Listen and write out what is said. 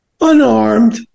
unarmed